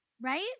right